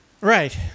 Right